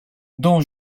dont